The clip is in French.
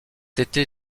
été